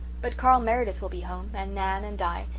but carl meredith will be home, and nan and di,